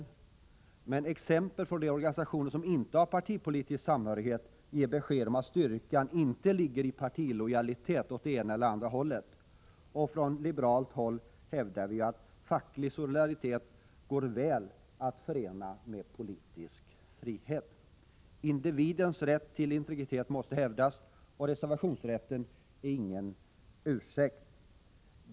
Men exempel från organisationer som inte har någon partipolitisk samhörighet ger också besked om att styrkan inte ligger i partisolidaritet åt ena eller andra hållet. Från liberalt håll hävdar vi att facklig solidaritet väl går att förena med politisk frihet. Individens rätt till integritet måste hävdas, och reservationsrätten är ingen ursäkt.